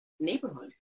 neighborhood